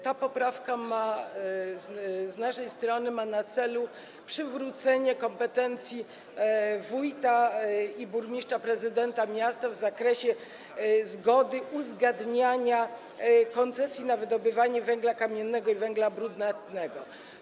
Ta poprawka z naszej strony ma na celu przywrócenie kompetencji wójta, burmistrza, prezydenta miasta w zakresie uzgadniania koncesji na wydobywanie węgla kamiennego i węgla brunatnego.